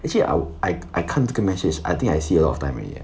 actually I I I 看这个 message I think I see a lot of time already eh